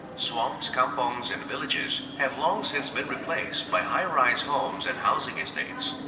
swamps, kampongs and villages have long since been replaced by high rise homes and housing estates.